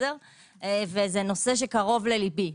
זה נושא קרוב לליבי,